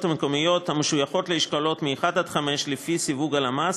המקומיות המשויכות לאשכולות 1 5 לפי סיווג הלמ"ס,